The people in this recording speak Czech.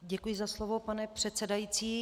Děkuji za slovo, pane předsedající.